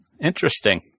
Interesting